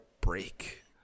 break